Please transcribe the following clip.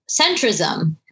centrism